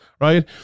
Right